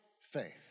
faith